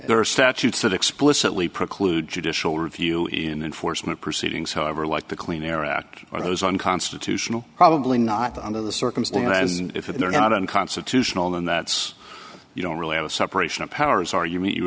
there are statutes that explicitly preclude judicial review in unfortunate proceedings however like the clean air act or those unconstitutional probably not under the circumstances and if they're not unconstitutional and that's you don't really have a separation of powers ar